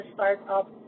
Startup